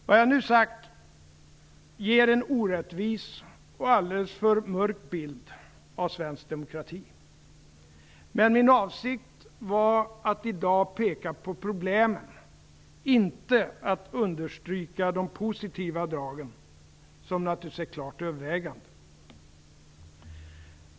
Vad jag nu sagt ger en orättvis och alldeles för mörk bild av svensk demokrati. Men min avsikt var att i dag peka på problemen - inte att understryka de positiva dragen, som naturligtvis är klart övervägande.